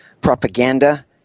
propaganda